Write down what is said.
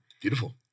Beautiful